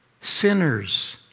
sinners